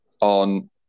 on